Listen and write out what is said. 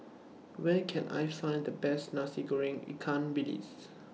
Where Can I Find The Best Nasi Goreng Ikan Bilis